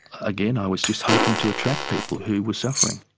again, i was just hoping to attract people who were suffering.